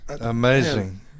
Amazing